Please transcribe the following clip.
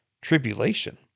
tribulation